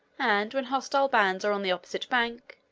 and when hostile bands are on the opposite bank,